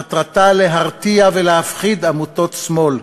מטרתה להרתיע ולהפחיד עמותות שמאל.